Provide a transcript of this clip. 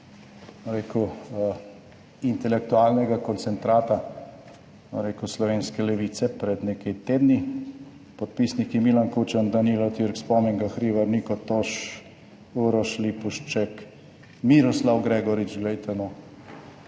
rekel, intelektualnega koncentrata, bom rekel, slovenske levice pred nekaj tedni, podpisniki Milan Kučan, Danilo Türk, Spomenka Hribar, Niko Toš, Uroš Lipušček, Miroslav Gregorič, glejte, no,